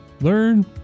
learn